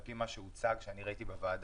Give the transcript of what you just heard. על פי מה שהוצג ומה שראיתי בוועדה,